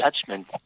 judgment